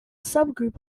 subgroup